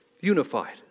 unified